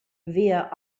via